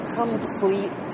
complete